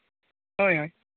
ᱦᱳᱭ ᱦᱳᱭ